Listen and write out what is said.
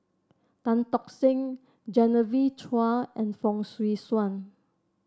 Tan Tock Seng Genevieve Chua and Fong Swee Suan